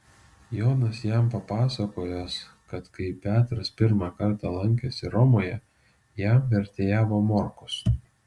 jonas jam papasakojęs kad kai petras pirmą kartą lankėsi romoje jam vertėjavo morkus